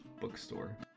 bookstore